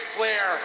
Flair